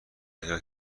آیا